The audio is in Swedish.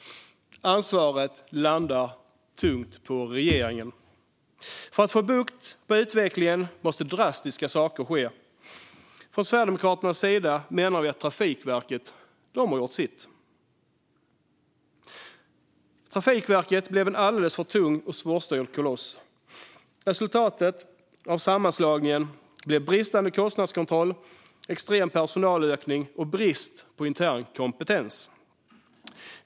Ansvaret landar tungt på regeringen. För att få bukt med utvecklingen måste drastiska saker ske. Från Sverigedemokraternas sida menar vi att Trafikverket har gjort sitt. Trafikverket blev en alldeles för tung och svårstyrd koloss. Resultatet av sammanslagningen blev bristande kostnadskontroll, extrem personalökning och brist på intern kompetens.